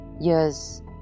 Years